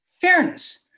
fairness